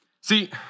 See